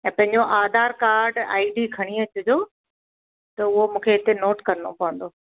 ऐं पंहिंजो Aadhaar card I D खणी अचिजो त उहो मूंखे हिते नोट करिणो पवंदो